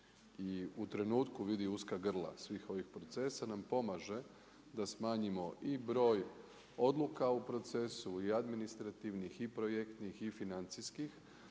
i u trenutku vidi uska grla svih ovih procesa nam pomaže da smanjimo i broj odluka u procesu i administrativnih i projektnih i financijskih